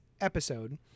episode